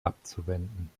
abzuwenden